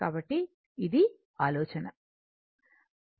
కాబట్టి ఇది ఆలోచన